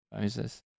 Moses